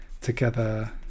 together